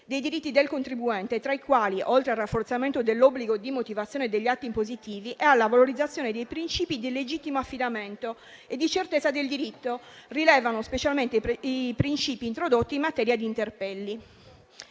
dei diritti del contribuente, tra i quali, oltre al rafforzamento dell'obbligo di motivazione degli atti impositivi e alla valorizzazione dei principi di legittimo affidamento e di certezza del diritto, rilevano specialmente i principi introdotti in materia di interpelli.